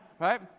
right